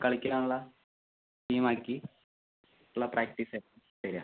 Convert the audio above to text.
കളിക്കാനുള്ള ടീം ആക്കി full practice ആയിരിക്കും വരിക